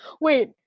Wait